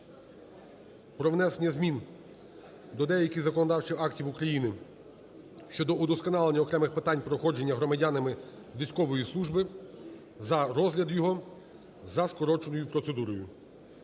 про внесення змін до деяких законодавчих актів України (щодо удосконалення окремих питань проходження громадянами військової служби), за розгляд його за скороченою процедурою.